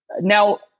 Now